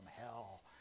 hell